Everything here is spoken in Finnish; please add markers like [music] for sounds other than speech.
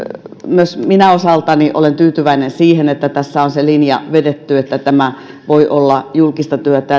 myös minä osaltani olen tyytyväinen siihen että tässä on se linja vedetty että tämä voi olla julkista työtä [unintelligible]